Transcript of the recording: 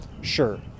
Sure